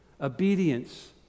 obedience